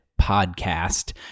Podcast